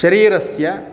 शरीरस्य